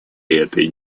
этой